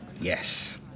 yes